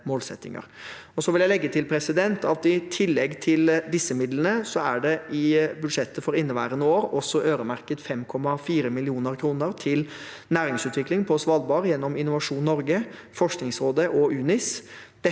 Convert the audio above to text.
Jeg vil legge til at i tillegg til disse midlene er det i budsjettet for inneværende år også øremerket 5,4 mill. kr til næringsutvikling på Svalbard gjennom Innovasjon Norge, Forskningsrådet og UNIS,